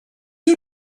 you